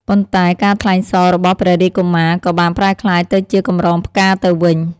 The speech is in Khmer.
ប៉ុន្តែការថ្លែងសររបស់ព្រះរាជកុមារ ក៏បានប្រែក្លាយទៅជាកម្រងផ្កាទៅវិញ។